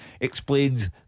explains